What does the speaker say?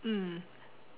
mm